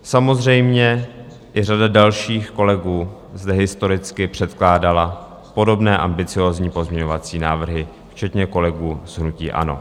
Samozřejmě i řada dalších kolegů zde historicky předkládala podobné ambiciózní pozměňovací návrhy, včetně kolegů z hnutí ANO.